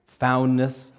foundness